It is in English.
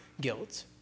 guilt